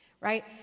Right